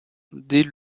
dès